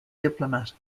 diplomat